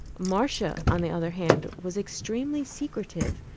marcia, on the other hand, was extremely secretive,